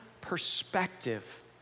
perspective